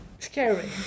Scary